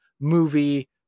movie